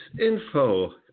Info